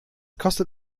kostet